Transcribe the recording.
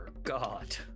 god